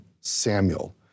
Samuel